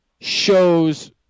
shows